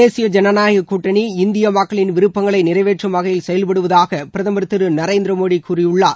தேசிய ஜனநாயக கூட்டணி இந்திய மக்களின் விருப்பங்களை நிறைவேற்றும் வகையில் செயல்படுவதாக பிரதமர் திரு நரேந்திர மோடி கூறியுள்ளார்